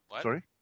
sorry